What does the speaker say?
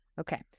Okay